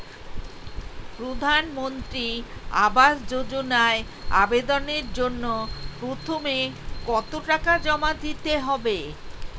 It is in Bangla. প্রধানমন্ত্রী আবাস যোজনায় আবেদনের জন্য প্রথমে কত টাকা জমা দিতে হবে?